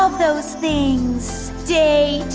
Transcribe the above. those things, date.